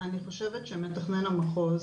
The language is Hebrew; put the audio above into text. מתכנן המחוז,